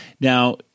Now